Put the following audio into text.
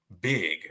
big